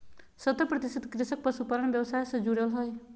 सत्तर प्रतिशत कृषक पशुपालन व्यवसाय से जुरल हइ